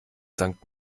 sankt